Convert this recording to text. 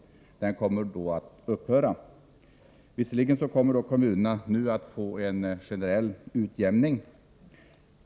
Den kommer nu att upphöra. Visserligen kommer kommunerna nu att få en generell utjämning.